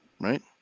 right